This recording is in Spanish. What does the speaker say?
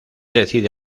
decide